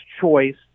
choice